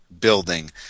building